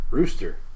Rooster